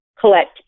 collect